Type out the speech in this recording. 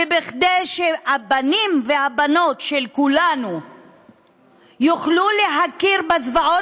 כדי שהבנים והבנות של כולנו יוכלו להכיר בזוועות